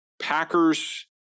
Packers